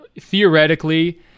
theoretically